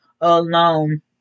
alone